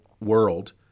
world